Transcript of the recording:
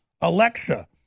Alexa